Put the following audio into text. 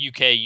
UK